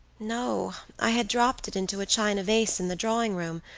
no, i had dropped it into a china vase in the drawing room,